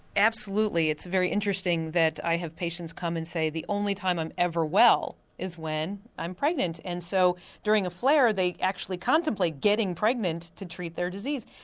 absolutely. it's very interesting that i have patients come and say the only time i'm ever well is when i'm pregnant, and so during a flare they actually contemplate getting pregnant to treat their disease.